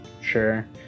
sure